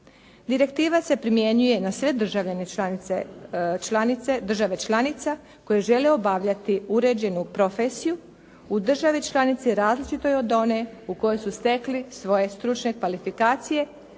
Direktiva se primjenjuje na sve državljane članice, države članica koje žele obavljati uređenu profesiju u države članice različitoj od one u kojoj su stekli svoje stručne kvalifikacije